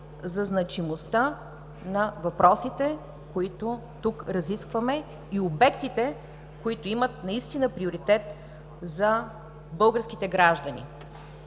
за значимостта на въпросите, които тук разискваме, и обектите, които имат наистина приоритет за българските граждани.